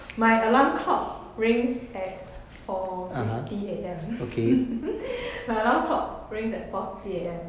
my alarm clock rings at four fifty A_M my alarm clock rings at four fifty A_M